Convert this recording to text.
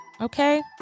Okay